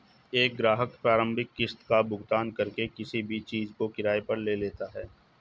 एक ग्राहक प्रारंभिक किस्त का भुगतान करके किसी भी चीज़ को किराये पर लेता है